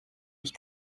mich